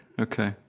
okay